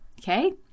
Okay